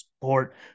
support